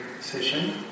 session